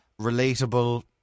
relatable